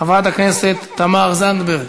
חברת הכנסת תמר זנדברג,